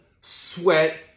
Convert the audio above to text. sweat